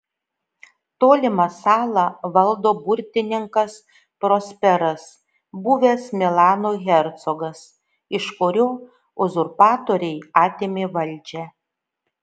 tolimą salą valdo burtininkas prosperas buvęs milano hercogas iš kurio uzurpatoriai atėmė valdžią